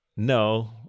No